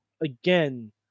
again